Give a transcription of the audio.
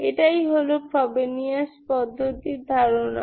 এটাই হল ফ্রবেনিয়াস পদ্ধতির ধারণা